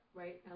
right